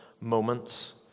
moments